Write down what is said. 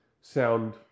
sound